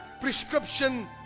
prescription